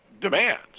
demands